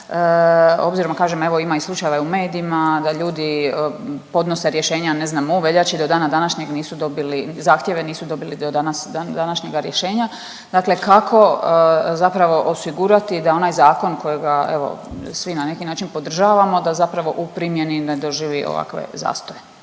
obzirom da kažem, evo, ima i slučajeva u medijima da ljudi podnose rješenja u veljači, do dana današnjeg nisu dobili, zahtjeve, nisu dobili do danas, dandanašnjega rješenja, dakle kako zapravo osigurati da onaj zakon kojega, evo, svi na neki način podržavamo da zapravo u primjeni ne doživi ovakve zastoje.